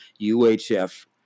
UHF